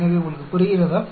எனவே உங்களுக்கு புரிகிறதா